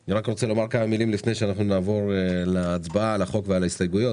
אני רוצה לומר כמה מילים לפני שנעבור להצבעה על החוק ועל ההסתייגויות.